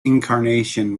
incarnation